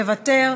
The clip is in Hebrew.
מוותר,